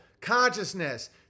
consciousness